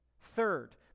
Third